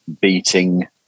beating